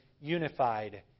unified